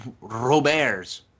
Robert's